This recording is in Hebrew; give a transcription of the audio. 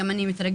גם אני מתרגשת,